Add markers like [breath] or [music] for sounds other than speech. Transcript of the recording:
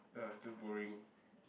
uh so boring [breath]